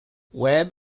web